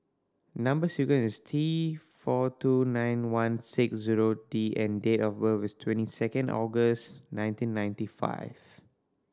number sequence is T four two nine one six zero D and date of birth is twenty second August nineteen ninety five